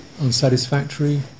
unsatisfactory